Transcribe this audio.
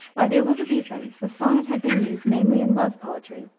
by the elisabethans the sonnet had been used mainly in love poetry.